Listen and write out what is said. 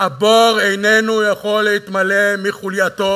הבור איננו יכול להתמלא מחולייתו.